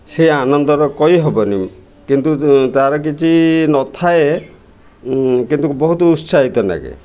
ସେ ଆନନ୍ଦର କହିହେବନି କିନ୍ତୁ ତା'ର କିଛି ନଥାଏ କିନ୍ତୁ ବହୁତ ଉତ୍ସାହିତ ଲାଗେ